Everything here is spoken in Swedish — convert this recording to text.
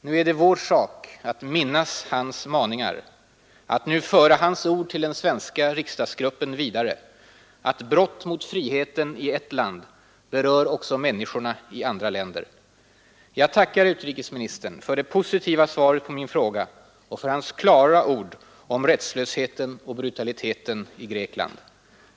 Nu är det vår sak att minnas hans maningar, att föra hans ord till den svenska riksdagsgruppen vidare: att brott mot friheten i ett land berör också människorna i andra länder. Jag tackar utrikesministern för det positiva svaret på min fråga och för hans klara ord om rättslösheten och brutaliteten i Grekland.